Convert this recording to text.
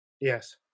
Yes